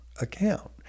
account